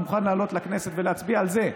והוא מוכן לעלות לכנסת ולהצביע על זה,